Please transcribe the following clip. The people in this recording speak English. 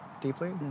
deeply